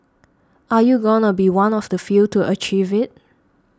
are you gonna be one of the few to achieve it